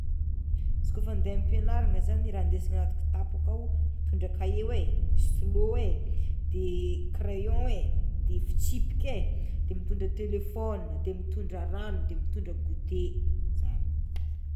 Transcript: Izy kôfa ande am-pianarana zany raha ndesiny agnaty kitapo akao: mitondra kahoe hoe, stylo hoe, de crayon hoe, de fitsipika e, de mitondra telefôna, de mitondra rano, de mitondra gote zany.